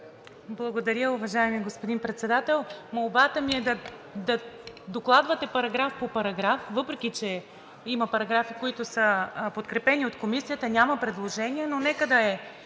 Благодаря, уважаеми господин Председател! Молбата ми е да докладвате параграф по параграф, въпреки че има параграфи, които са подкрепени от Комисията, и няма предложения, но нека да е